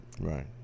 Right